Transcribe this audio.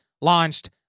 launched